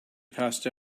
passed